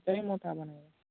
त्याही मोठायाला मिळेल